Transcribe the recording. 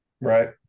Right